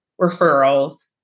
referrals